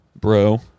bro